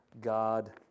God